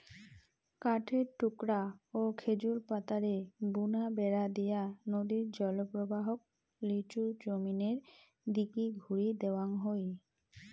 কাঠের টুকরা ও খেজুর পাতারে বুনা বেড়া দিয়া নদীর জলপ্রবাহক লিচু জমিনের দিকি ঘুরি দেওয়াং হই